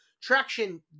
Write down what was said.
traction